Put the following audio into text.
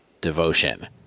devotion